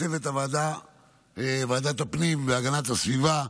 לצוות ועדת הפנים והגנת הסביבה,